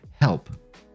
help